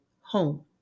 home